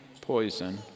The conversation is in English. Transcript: poison